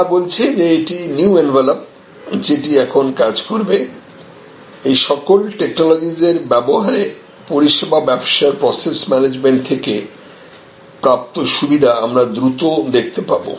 তারা বলছে যে এটি নিউ এনভেলাপ যেটি এখন কাজ করবে এই সকল টেকনোলজিসের ব্যবহারে পরিষেবা ব্যবসার প্রসেস ম্যানেজমেন্ট থেকে প্রাপ্ত সুবিধা আমরা দ্রুত দেখতে পাবো